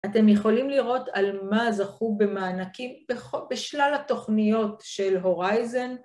אתם יכולים לראות על מה זכו במענקים בשלל התוכניות של הורייזן.